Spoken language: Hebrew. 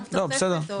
בסדר,